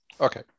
Okay